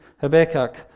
Habakkuk